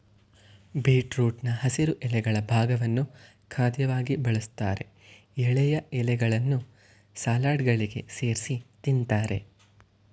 ಬೀಟ್ರೂಟ್ನ ಹಸಿರು ಎಲೆಗಳ ಭಾಗವನ್ನು ಖಾದ್ಯವಾಗಿ ಬಳಸ್ತಾರೆ ಎಳೆಯ ಎಲೆಗಳನ್ನು ಸಲಾಡ್ಗಳಿಗೆ ಸೇರ್ಸಿ ತಿಂತಾರೆ